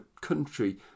country